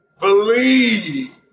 Believe